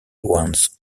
once